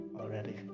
already